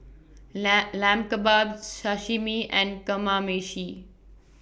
Lamb Kebabs Sashimi and Kamameshi